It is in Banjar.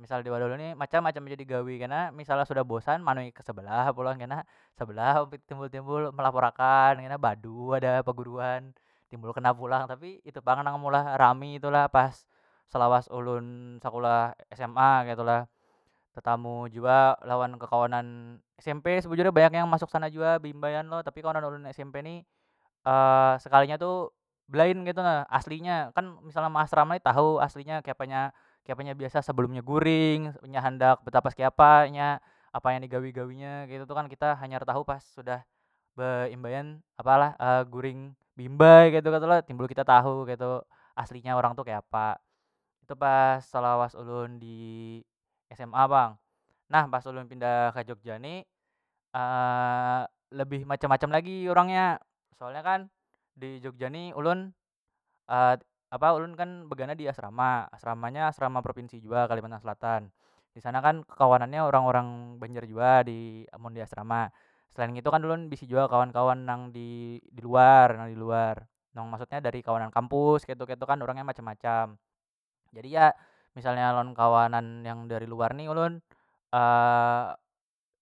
misal diwadah ulun ni macam- macam ja digawi kena misal sudah bosan meanui ke sebelah pulang kena sebelah timbul- timbul melapor akan kena beadu ada paguruhan timbul kena pulang tapi itu pang nang meulah rami tu lah pas selawas ulun sakulah sma ketu lah tetamu jua lawan kekawanan smp sebujurnya banyak yang masuk sana jua beimbaian lo tapi kawanan ulun smp ni sekalinya tu belain ketu na aslinya kan misal measrama ni tahu aslinya kiapa nya biasa sebelumnya guring nya handak betapas kiapa nya apa yang di gawi- gawinya ketu tu kan kita hanyar tahu pas sudah beimbaian apalah guring beimbai ketu- ketu lah timbul kita tahu ketu asli nya orang tu keapa itu pas selawas ulun di sma pang nah pas ulun pindah ke jogja ni lebih macam- macam lagi urang nya soalnya kan di jogja ni ulun apa ulun kan begana di asrama- asrama nya asrama provinsi jua kalimantan selatan disana kan kekawanan nya orang- orang banjar jua di amun di asrama selain ngitu kan ulun bisi jua kawan- kawan nang di diluar nah diluar nang maksudnya dari kawanan kampus ketu- ketu kan orang nya macam- macam jadi ya misalnya lawan kawanan yang dari luar ni ulun.